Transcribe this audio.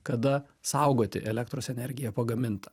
kada saugoti elektros energiją pagamintą